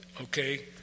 okay